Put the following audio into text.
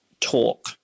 talk